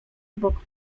bok